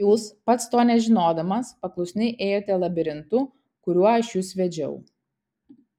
jūs pats to nežinodamas paklusniai ėjote labirintu kuriuo aš jus vedžiau